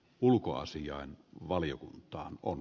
ulkoasiain valiokunta on